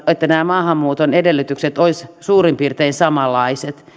että nämä maahanmuuton edellytykset olisivat suurin piirtein samanlaiset